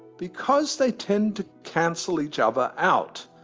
because they tend to cancel each other out.